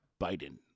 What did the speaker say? Biden